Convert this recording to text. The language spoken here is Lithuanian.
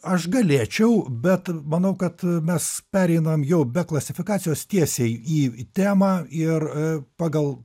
aš galėčiau bet manau kad mes pereinam jau be klasifikacijos tiesiai į temą ir pagal